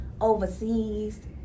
overseas